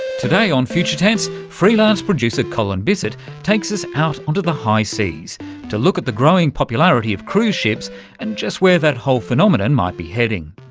today on future tense, freelance producer colin bisset takes us out onto the high seas to look at the growing popularity of cruise ships and just where that whole phenomenon might be heading.